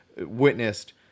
witnessed